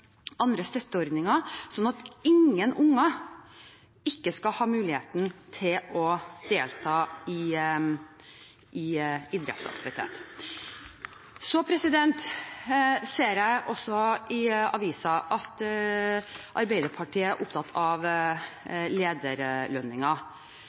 andre støtteordninger, slik at ingen barn ikke skal ha muligheten til å delta i idrettsaktiviteter. I avisen ser jeg at Arbeiderpartiet er opptatt av